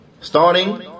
Starting